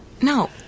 No